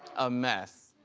a mess.